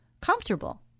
comfortable